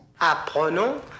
Apprenons